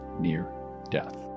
near-death